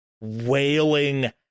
wailing